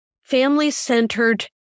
family-centered